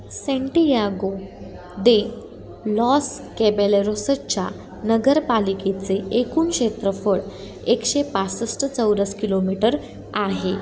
Santiago de los कॅबेलेरोसच्या नगरपालिकेचे एकूण क्षेत्रफळ एकशे पासष्ट चौरस किलोमीटर आहे